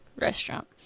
restaurant